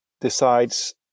decides